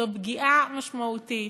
זו פגיעה משמעותית,